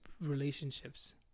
relationships